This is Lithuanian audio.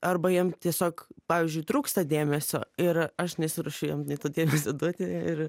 arba jam tiesiog pavyzdžiui trūksta dėmesio ir aš nesiruošiu jiem to dėmesio duoti ir